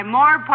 more